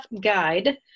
guide